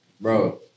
Bro